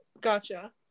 Gotcha